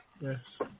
Yes